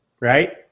Right